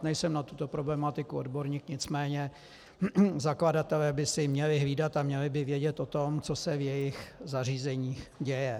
Nejsem na tuto problematiku odborník, nicméně zakladatelé by si měli hlídat a měli by vědět o tom, co se v jejich zařízeních děje.